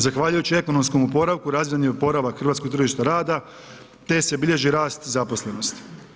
Zahvaljujući ekonomskom oporavku, razvidan je i oporavak hrvatskog tržišta rada te se bilježi rast zaposlenosti.